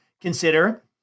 consider